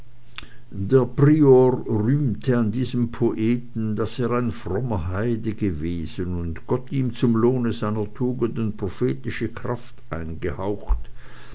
der prior rühmte an diesem poeten daß er ein frommer heide gewesen und gott ihm zum lohne seiner tugenden prophetische krad eingehaucht